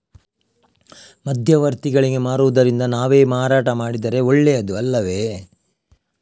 ಮಧ್ಯವರ್ತಿಗಳಿಗೆ ಮಾರುವುದಿಂದ ನಾವೇ ಮಾರಾಟ ಮಾಡಿದರೆ ಒಳ್ಳೆಯದು ಅಲ್ಲವೇ?